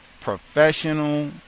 professional